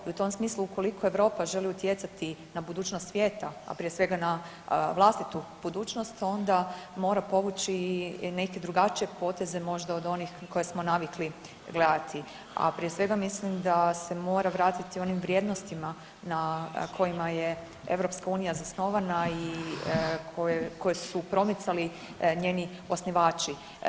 I u tom smislu ukoliko Europa želi utjecati na budućnost svijeta, a prije svega na vlastitu budućnost onda mora povući i neke drugačije poteze možda od onih na koje smo navikli gledati, a prije svega mislim da se mora vratiti onim vrijednostima na kojima je EU zasnovana i koje su promicali njeni osnivači.